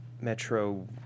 Metro